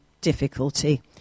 difficulty